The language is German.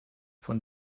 von